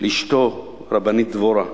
לאשתו הרבנית דבורה,